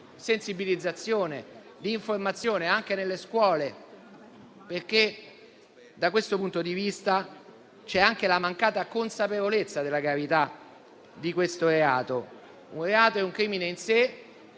di sensibilizzazione e di informazione anche nelle scuole, perché da questo punto di vista c'è anche la mancata consapevolezza della gravità di questo reato, che è un crimine in sé,